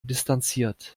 distanziert